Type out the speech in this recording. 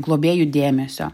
globėjų dėmesio